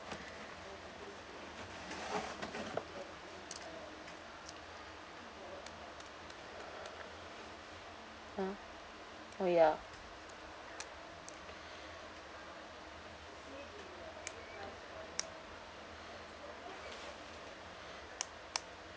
oh ya